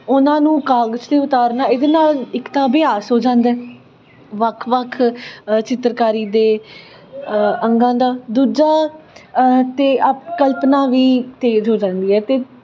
ਉਹਨਾਂ ਨੂੰ ਕਾਗਜ਼ 'ਤੇ ਉਤਾਰਨਾ ਇਹਦੇ ਨਾਲ ਇੱਕ ਤਾਂ ਅਭਿਆਸ ਹੋ ਜਾਂਦਾ ਵੱਖ ਵੱਖ ਚਿੱਤਰਕਾਰੀ ਦੇ ਅੰਗਾਂ ਦਾ ਦੂਜਾ ਅਤੇ ਅ ਕਲਪਨਾ ਵੀ ਤੇਜ਼ ਹੋ ਜਾਂਦੀ ਹੈ ਅਤੇ